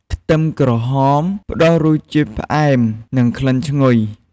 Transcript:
ខ្ទឹមក្រហម ផ្ដល់រសជាតិផ្អែម និងក្លិនឈ្ងុយ។